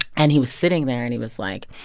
and he was sitting there, and he was like,